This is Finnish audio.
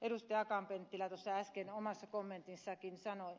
akaan penttilä äsken omassa kommentissaankin sanoi